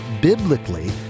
biblically